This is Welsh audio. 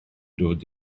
dod